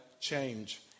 change